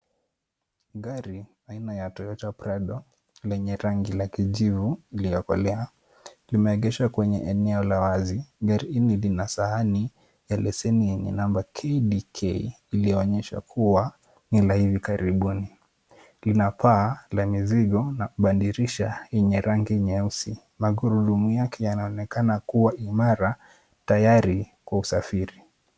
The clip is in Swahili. Gari aina ya Toyota Prado lenye rangi la kijivu iliyokolea, limeegeshwa kwenye eneo la wazi. Gari hili lina sahani ya leseni yenye namba KDK, lililoonyesha kuwa ni la hivi karibuni. Lina paa la mizigo na madirisha yenye rangi nyeusi. Magurudumu yake yanaonekana kuwa imara tayari kwa usafiri.